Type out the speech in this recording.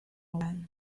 one